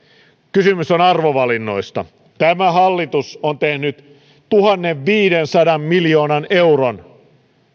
kysymys on arvovalinnoista tämä hallitus on tehnyt tuhannenviidensadan miljoonan euron